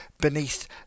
beneath